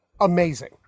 amazing